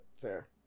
Fair